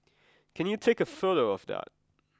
can you take a photo of that